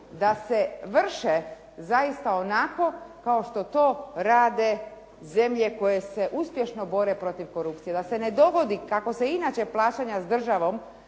da se vrše zaista onako kao što to rade zemlje koje se uspješno bore protiv korupcije. Da se ne dogodi kako se inače plaćanja s državom